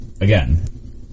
again